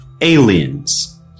Aliens